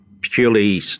purely